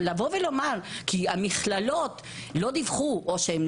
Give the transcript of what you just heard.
אבל לבוא ולומר כך בגלל שהמכללות לא דיווחו או לא